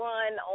one